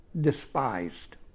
despised